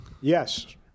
Yes